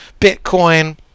Bitcoin